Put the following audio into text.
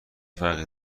فرقی